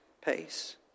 pace